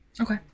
Okay